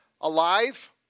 alive